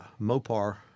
Mopar